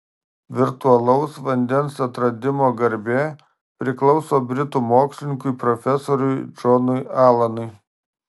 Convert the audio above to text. virtualaus vandens atradimo garbė priklauso britų mokslininkui profesoriui džonui alanui